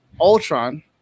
Ultron